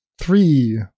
Three